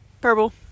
Purple